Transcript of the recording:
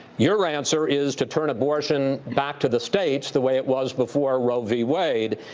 your answer is to turn abortion back to the states the way it was before roe v. wade.